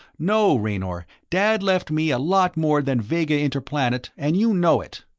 no, raynor. dad left me a lot more than vega interplanet, and you know it.